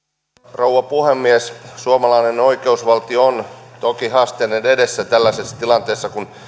rouva puhemies suomalainen oikeusvaltio on toki haasteiden edessä tällaisessa tilanteessa kun